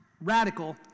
Radical